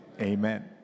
Amen